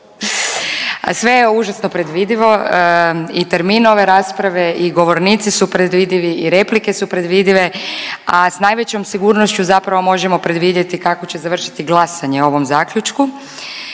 sve je užasno predvidivo, i termin ove rasprave, i govornici su predvidivi i replike su predvidive, a s najvećom sigurnošću zapravo možemo predvidjeti kako će završiti glasanje o ovom zaključku.